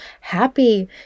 happy